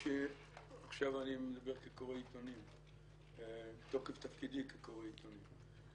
עכשיו אני מדבר כקורא עיתונים מתוקף תפקידי כקורא עיתונים.